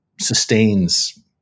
sustains